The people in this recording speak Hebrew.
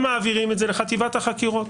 הם מעבירים את זה לחטיבת החקירות.